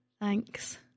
Thanks